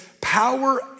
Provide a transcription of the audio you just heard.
power